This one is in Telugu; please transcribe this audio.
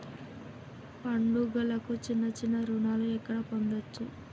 పండుగలకు చిన్న చిన్న రుణాలు ఎక్కడ పొందచ్చు?